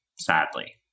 sadly